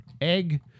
egg